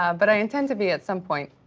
um but i intend to be at some point.